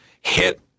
hit